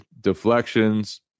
deflections